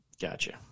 Gotcha